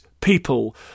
people